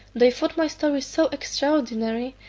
they thought my story so extraordinary,